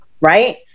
right